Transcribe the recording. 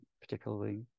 particularly